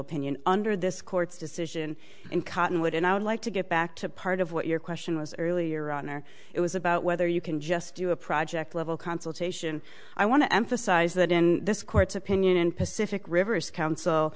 opinion under this court's decision in cottonwood and i would like to get back to part of what your question was earlier on or it was about whether you can just do a project level consultation i want to emphasize that in this court's opinion in pacific rivers coun